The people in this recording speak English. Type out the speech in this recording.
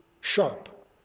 sharp